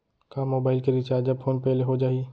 का मोबाइल के recharge PhonePe ले हो जाही?